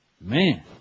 Man